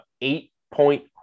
eight-point